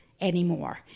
anymore